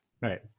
Right